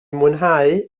mwynhau